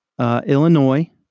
Illinois